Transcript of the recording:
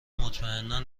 مطمئنا